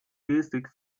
gestik